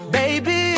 baby